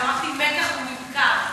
אז אמרתי מקח וממכר,